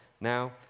Now